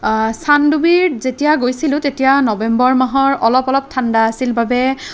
চানডুবিত যেতিয়া গৈছিলোঁ তেতিয়া নৱেম্বৰ মাহৰ অলপ অলপ ঠাণ্ডা আছিল বাবে